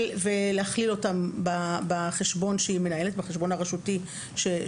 ולהכליל אותם בחשבון הרשותי שהיא מנהלת,